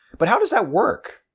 but how does that work?